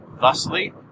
Thusly